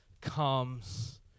comes